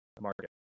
market